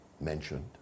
mentioned